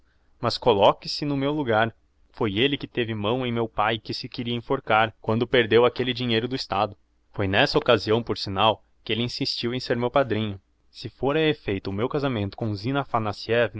mas colloque se no meu logar foi elle que teve mão em meu pae que se queria enforcar quando perdeu aquelle dinheiro do estado foi n'essa occasião por signal que elle insistiu em ser meu padrinho se fôr a effeito o meu casamento com zina